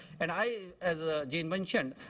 and i, as ah jane mentioned,